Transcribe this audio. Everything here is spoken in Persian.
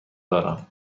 دارم